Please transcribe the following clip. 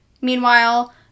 Meanwhile